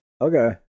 Okay